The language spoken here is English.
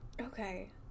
Okay